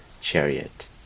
chariot